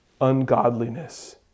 ungodliness